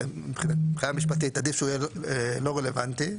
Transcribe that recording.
מבחינה משפטית עדיף שהוא יהיה לא רלוונטי.